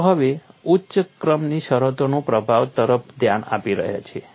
લોકો હવે ઉચ્ચ ક્રમની શરતોના પ્રભાવ તરફ ધ્યાન આપી રહ્યા છે